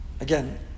again